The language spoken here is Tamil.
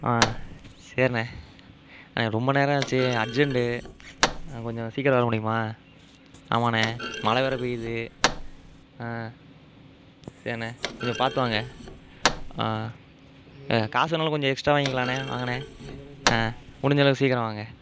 சரிண்ணே ரொம்ப நேரம் ஆச்சு அர்ஜண்ட் கொஞ்சம் சீக்கிரம் வர முடியுமா ஆமாண்ணே மழை வேறு பெய்யுது சரிண்ணே கொஞ்சம் பார்த்து வாங்க காசு வேணாலும் கொஞ்சம் எக்ஸ்ட்ரா வாங்கிக்கலாண்ணே வாங்கண்ணே முடிஞ்சளவுக்கு சீக்கிரம் வாங்க